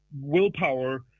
willpower